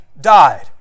died